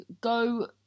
go